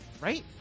Right